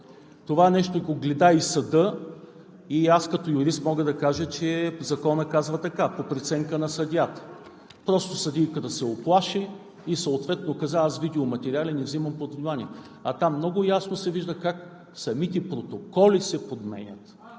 Това нещо го гледа и съдът и аз като юрист мога да кажа, че Законът казва така – по преценка на съдията. Просто съдийката се уплаши и съответно каза: „Аз видеоматериали не взимам под внимание.“ А там много ясно се вижда как самите протоколи се подменят.